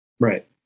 Right